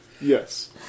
Yes